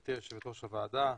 גברתי יושבת ראש הוועדה,